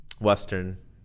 Western